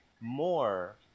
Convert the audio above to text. more